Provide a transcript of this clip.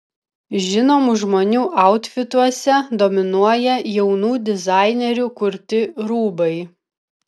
žinomų žmonių autfituose dominuoja jaunų dizainerių kurti rūbai